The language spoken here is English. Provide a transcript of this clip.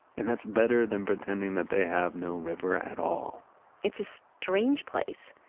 and that's better than pretending that they have no river at all it's a strange place.